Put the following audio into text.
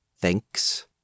thanks